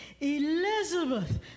Elizabeth